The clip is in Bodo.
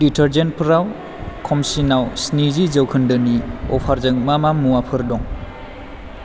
दिटारजेन्टफोराव खमसिनाव स्निजि जौखोन्दोनि अफारजों मा मा मुवाफोर दं